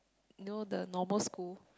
you know the normal school